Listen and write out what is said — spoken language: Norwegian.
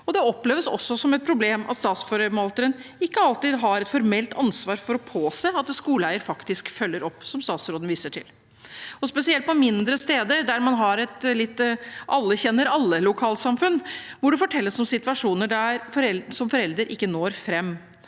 Det oppleves også som et problem at statsforvalteren ikke alltid har et formelt ansvar for å påse at skoleeier faktisk følger opp, slik statsråden viser til. Spesielt på mindre steder, der hvor man har et «alle kjenner alle»-lokalsamfunn, fortelles det om situasjoner hvor man som forelder ikke når fram.